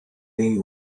day